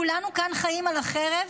כולנו כאן חיים על החרב,